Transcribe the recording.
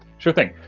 sure thing.